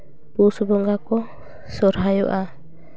ᱯᱩᱥ ᱵᱚᱸᱜᱟ ᱠᱚ ᱥᱚᱦᱚᱨᱟᱭᱚᱜᱼᱟ